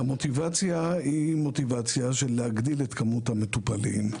המוטיבציה היא מוטיבציה של להגדיל את כמות המטופלים,